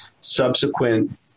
subsequent